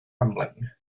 rumbling